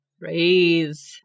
raise